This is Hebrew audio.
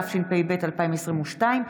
התשפ"ב 2022,